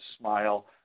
smile